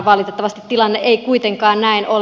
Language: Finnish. valitettavasti tilanne ei kuitenkaan näin ole